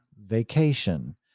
vacation